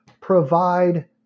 Provide